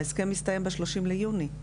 ההסכם מסתיים ב-30 ביוני.